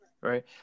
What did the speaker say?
right